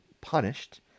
punished